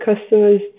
customers